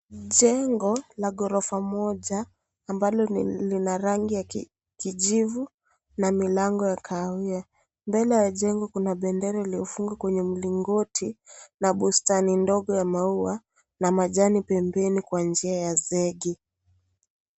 Jengo la ghorofa moja ambalo lina rangi ya kijivu na milango ya kahawia. Mbele ya jengo kuna bendera iliyofungwa kwa mlingoti na bustani ndogo ya maua, na na majani pembeni kwa njia ya zegi.